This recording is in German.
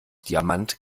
diamant